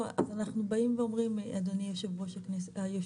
אז אנחנו באים ואומרים אדוני יושב ראש הוועדה,